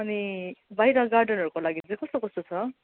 अनि बाहिर गार्डनहरूको लागि चाहिँ कस्तो कस्तो छ